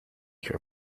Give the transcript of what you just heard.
your